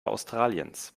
australiens